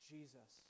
Jesus